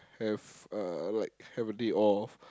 have uh what have a day off